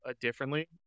differently